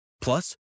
Plus